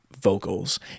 vocals